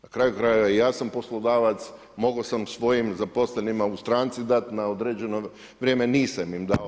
Na kraju krajeva i ja sam poslodavac, mogao sam svojim zaposlenima u stranci dati na određeno vrijeme, nisam im dao.